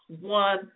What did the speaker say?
one